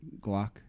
Glock